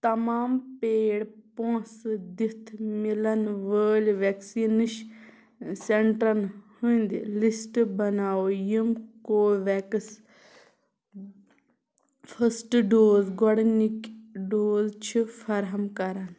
تمام پیڈ پونٛسہٕ دِتھ مِلَن وٲلۍ وٮ۪کسیٖنٕش سینٹرن ہٕنٛدۍ لسٹ بناو یِم کو وٮ۪کٕس فٔسٹ ڈوز گۄڈٕنِکۍ ڈوز چھِ فراہم کرن